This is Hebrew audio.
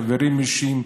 חברים אישיים,